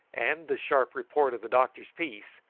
and the sharp report of the doctor's piece,